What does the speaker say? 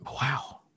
Wow